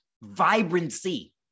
vibrancy